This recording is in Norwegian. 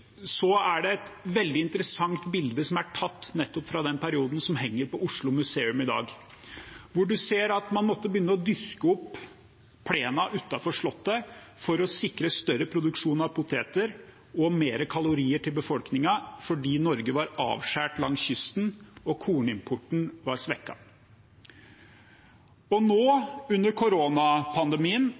er det et veldig interessant bilde som er tatt nettopp fra den perioden, som henger på Oslo Museum i dag, hvor man ser at man måtte begynne å dyrke opp plenen utenfor Slottet for å sikre større produksjon av poteter og mer kalorier til befolkningen fordi Norge var avskåret langs kysten og kornimporten var svekket. Nå, under koronapandemien,